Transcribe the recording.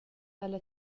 alla